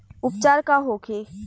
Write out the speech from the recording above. उपचार का होखे?